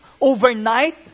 overnight